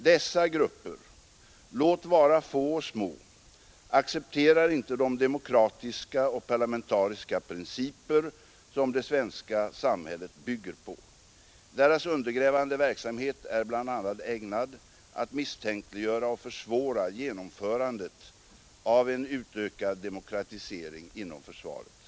Dessa grupper — låt vara få och små — accepterar inte de demokratiska och parlamentariska principer som det svenska samhället bygger på. Deras undergrävande verksamhet är bl.a. ägnad att misstänkliggöra och försvåra genomförandet av en utökad demokratisering inom försvaret.